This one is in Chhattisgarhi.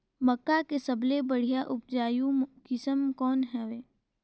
मक्का के सबले बढ़िया उपजाऊ किसम कौन हवय?